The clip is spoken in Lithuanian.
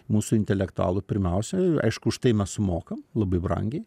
mūsų intelektualų pirmiausia aišku už tai mes sumokam labai brangiai